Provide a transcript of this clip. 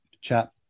chat